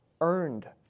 earned